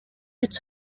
its